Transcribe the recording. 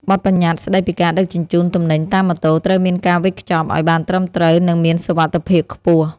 បទប្បញ្ញត្តិស្ដីពីការដឹកជញ្ជូនទំនិញតាមម៉ូតូត្រូវមានការវេចខ្ចប់ឱ្យបានត្រឹមត្រូវ និងមានសុវត្ថិភាពខ្ពស់។